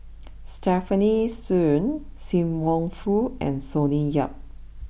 Stefanie Sun Sim Wong Hoo and Sonny Yap